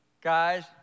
guys